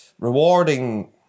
rewarding